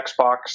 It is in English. xbox